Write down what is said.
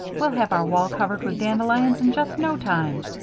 we'll have our wall covered with dandelions in just no time!